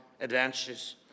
advances